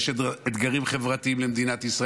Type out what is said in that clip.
יש אתגרים חברתיים למדינת ישראל.